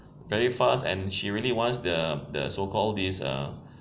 very fast and she really wants the the so called this